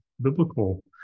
biblical